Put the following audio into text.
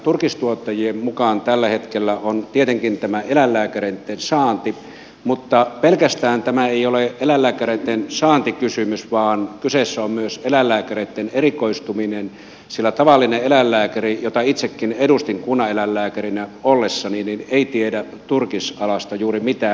turkistuottajien mukaan tällä hetkellä suurimpia ongelmia on tietenkin eläinlääkäreitten saanti mutta tämä ei ole pelkästään eläinlääkäreitten saantikysymys vaan kyseessä on myös eläinlääkäreitten erikoistuminen sillä tavallinen eläinlääkäri jota itsekin edustin kunnaneläinlääkärinä ollessani ei tiedä turkisalasta juuri mitään